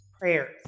prayers